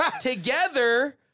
together